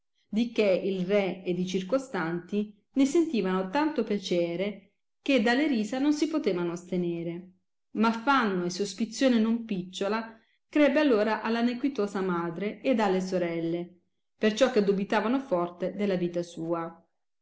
di che il re ed i circostanti ne sentivano tanto piacere che dalle risa non si potevano astenere ma affanno e sospizione non picciola crebbe allora alla nequitosa madre ed alle sorelle perciò che dubitavano forte della vita sua